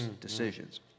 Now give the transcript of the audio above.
decisions